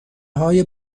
های